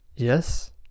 yes